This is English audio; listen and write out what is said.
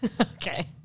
Okay